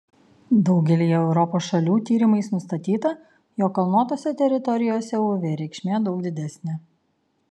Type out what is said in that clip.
daugelyje europos šalių tyrimais nustatyta jog kalnuotose teritorijose uv reikšmė daug didesnė